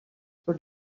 pro